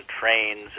trains